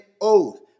oath